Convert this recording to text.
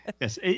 Yes